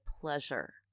pleasure